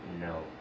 no